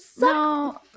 No